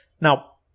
Now